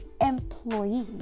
employee